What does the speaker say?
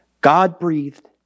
God-breathed